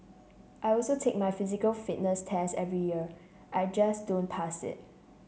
I also take my physical fitness test every year I just don't pass it